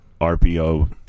RPO –